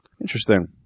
Interesting